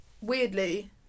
weirdly